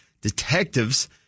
Detectives